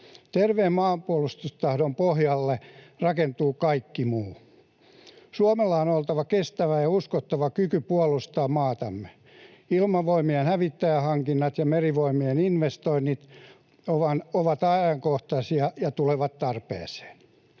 Terveen maanpuolustustahdon pohjalle rakentuu kaikki muu. Suomella on oltava kestävä ja uskottava kyky puolustaa maatamme. Ilmavoimien hävittäjähankinnat ja Merivoimien investoinnit ovat ajankohtaisia ja tulevat tarpeeseen.